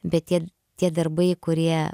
bet tie tie darbai kurie